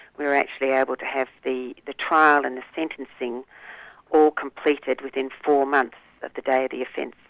we were actually able to have the the trial and the sentencing all completed within four um and of the day of the offence,